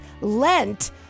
lent